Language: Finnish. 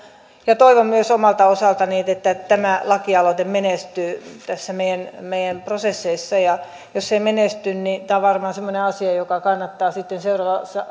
toivon myös omalta osaltani että tämä lakialoite menestyy näissä meidän prosesseissamme ja jos ei menesty niin tämä on varmaan semmoinen asia jota kannattaa sitten